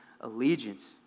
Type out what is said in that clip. allegiance